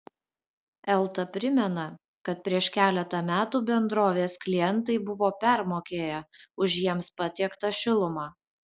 elta primena kad prieš keletą metų bendrovės klientai buvo permokėję už jiems patiektą šilumą